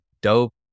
dope